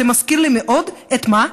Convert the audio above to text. זה מזכיר לי מאוד, את מה?